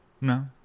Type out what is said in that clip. No